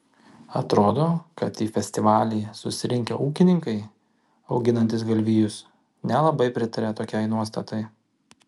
atrodo kad į festivalį susirinkę ūkininkai auginantys galvijus nelabai pritaria tokiai nuostatai